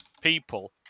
people